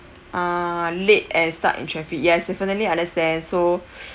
ah late and stuck in traffic yes definitely understand so